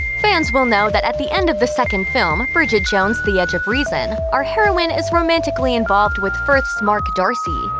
fans will know that at the end of the second film, bridget jones the edge of reason, our heroine is romantically involved with firth's mark darcy.